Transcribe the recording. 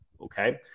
Okay